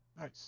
Nice